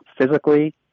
physically